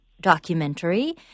documentary